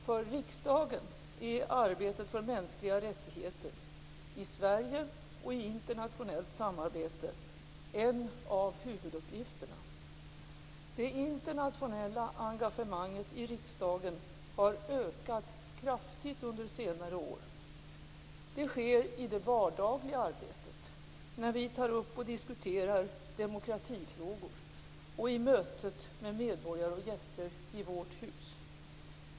För riksdagen är arbetet för mänskliga rättigheter - i Sverige och i internationellt samarbete - en av huvuduppgifterna. Det internationella engagemanget i riksdagen har ökat kraftigt under senare år. Det sker i det vardagliga arbetet, när vi tar upp och diskuterar demokratifrågor, i mötet med medborgare och med gäster i vårt hus.